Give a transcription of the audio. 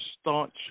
staunch